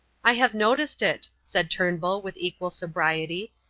i have noticed it, said turnbull with equal sobriety.